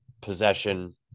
possession